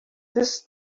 this